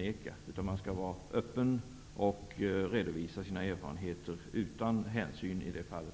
i det avseendet vara öppen och redovisa sina erfarenheter utan hänsynstaganden.